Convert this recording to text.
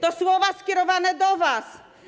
To słowa skierowane do was.